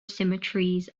symmetries